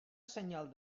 senyal